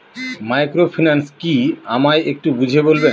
Microfinance কি আমায় একটু বুঝিয়ে বলবেন?